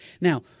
Now